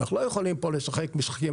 אנחנו לא יכולים פה לשחק משחקים,